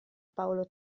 paolo